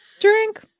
drink